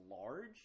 large